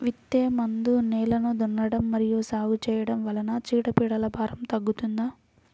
విత్తే ముందు నేలను దున్నడం మరియు సాగు చేయడం వల్ల చీడపీడల భారం తగ్గుతుందా?